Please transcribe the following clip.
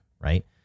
right